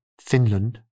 Finland